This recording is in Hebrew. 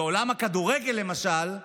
בעולם הכדורגל, למשל,